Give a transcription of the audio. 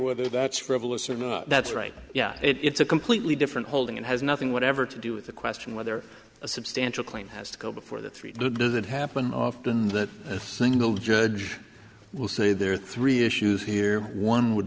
whether that's frivolous or not that's right yeah it's a completely different holding and has nothing whatever to do with the question whether a substantial claim has to go before the three doesn't happen often that a single judge will say there are three issues here one would